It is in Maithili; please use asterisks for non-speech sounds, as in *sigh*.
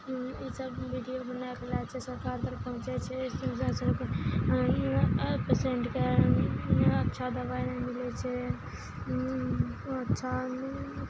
ई सब वीडियो बना कऽ लै जाइ छै सरकार तक पहुँचै छै *unintelligible* एहि पेशेंटके अच्छा दबाइ मिलै छै अच्छा